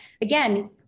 again